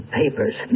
papers